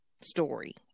story